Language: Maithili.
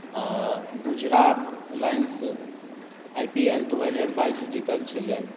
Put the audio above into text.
आ Gujarat Lions I P L दू हजार बाइस जीतल छलै